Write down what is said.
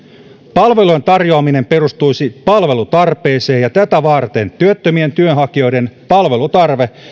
palvelujen tarjoaminen perustuisi palvelutarpeeseen ja tätä varten työttömien työnhakijoiden palvelutarve